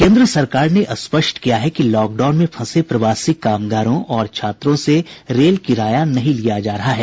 केन्द्र सरकार ने स्पष्ट किया है कि लॉकडाउन में फंसे प्रवासी कामगारों और छात्रों से रेल किराया नहीं लिया जा रहा है